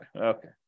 Okay